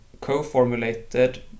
co-formulated